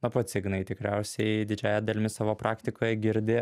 na pats ignai tikriausiai didžiąja dalimi savo praktikoje girdi